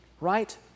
right